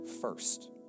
first